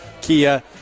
kia